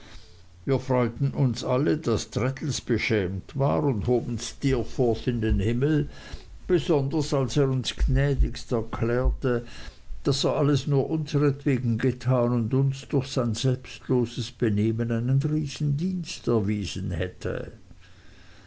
wir freuten uns alle daß traddles beschämt war und hoben steerforth in den himmel besonders als er uns gnädigst erklärte daß er alles nur unsertwegen getan und uns durch sein selbstloses benehmen einen riesendienst erwiesen hätte